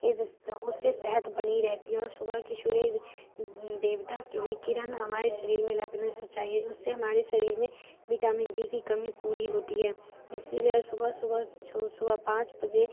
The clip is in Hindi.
ये दिस तो उससे सेहत बनी रहती है और सुबह के सूर्य देवता की भी किरण हमारे शरीर में लगने चाहिए उससे हमारे शरीर में विटामिन डी की कमी पूरी होती है इसी लिए आज सुबह सुबह जो सुबह पाँच बजे